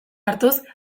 hartuz